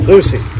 Lucy